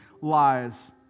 lies